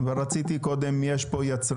אבל רציתי קודם אם יש פה יצרנים?